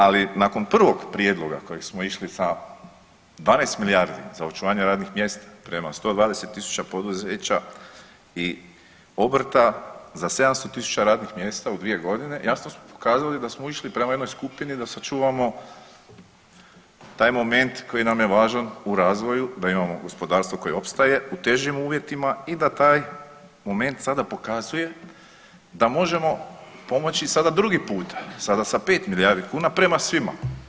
Ali nakon prvog prijedloga kojeg smo išli sa 12 milijardi za očuvanje radnih mjesta prema 120.000 poduzeća i obrta za 700.000 radnih mjesta u 2 godine jasno smo pokazali da smo išli prema jednoj skupini da sačuvamo taj moment koji nam je važan u razvoju, da imamo gospodarstvo koje opstaje u težim uvjetima i da taj moment sada pokazuje da možemo pomoći sada drugi puta sada sa 5 milijardi kuna prema svima.